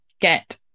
get